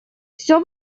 всё